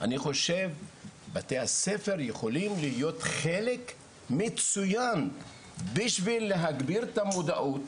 אני חושב שבתי הספר יכולים להיות חלק מצוין בשביל להגביר את המודעות,